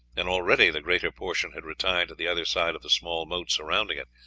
and already the greater portion had retired to the other side of the small moat surrounding it,